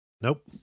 Nope